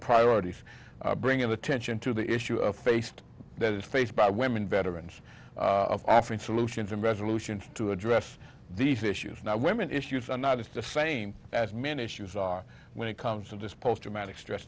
priority for bringing attention to the issue of faced that is faced by women veterans of african solutions and resolutions to address these issues now women issues are not just the same as men issues are when it comes to this posttraumatic stress